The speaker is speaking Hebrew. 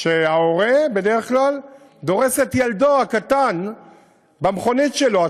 וההורה בדרך כלל דורס את ילדו הקטן במכונית שלו.